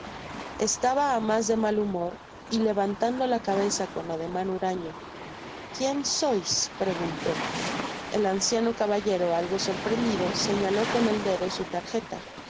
estaba á mas de mal humor y levantando la cabeza con ademan uraño quien sois preguntó el anciano caballero algo sorprendido señaló con el dedo su tarjeta